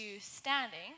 standing